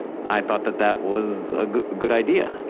i thought that that was a good idea.